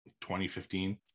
2015